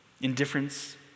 Indifference